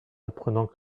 apprenant